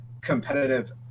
competitive